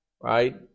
right